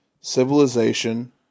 civilization